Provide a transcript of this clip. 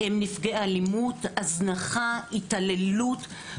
נפגעי אלימות, הזנחה, התעללות.